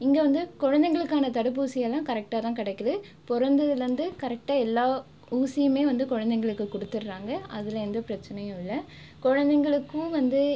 இங்கே வந்து குழந்தைங்களுக்கான தடுப்பூசியல்லாம் கரெக்ட்டாக தான் கிடைக்குது பிறந்ததிலிருந்து கரெக்ட்டாக எல்லா ஊசியுமே வந்து குழந்தைங்களுக்கு கொடுத்துடுறாங்க அதில் எந்த பிரச்சினையும் இல்லை குழந்தைங்களுக்கும் வந்து